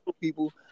people